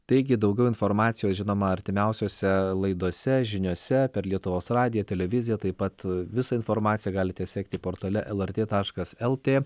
taigi daugiau informacijos žinoma artimiausiose laidose žiniose per lietuvos radiją televiziją taip pat visą informaciją galite sekti portale lrt taškas lt